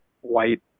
white